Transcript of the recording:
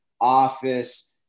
office